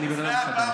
אני שואל.